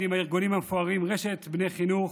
עם הארגונים המפוארים: רשת בני חינוך,